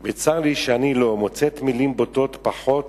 "וצר לי שאני לא מוצאת מלים בוטות פחות